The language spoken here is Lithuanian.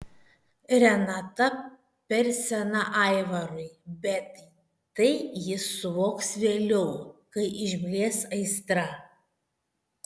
renata per sena aivarui bet tai jis suvoks vėliau kai išblės aistra